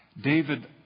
David